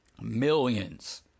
Millions